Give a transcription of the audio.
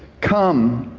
come.